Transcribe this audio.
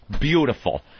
beautiful